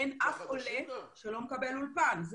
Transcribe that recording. אין אף עולה שלא מקבל אולפן,